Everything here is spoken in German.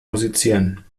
musizieren